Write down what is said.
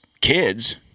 kids